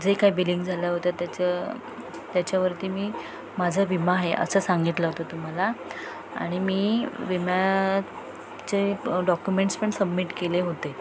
जे काय बिलिंग झालं होतं त्याचं त्याच्यावरती मी माझा विमा आहे असं सांगितलं होतं तुम्हाला आणि मी विम्याचे डॉक्युमेंट्स पण सबमिट केले होते